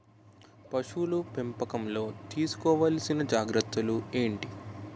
పశువుల పెంపకంలో తీసుకోవల్సిన జాగ్రత్త లు ఏంటి?